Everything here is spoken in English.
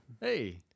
Hey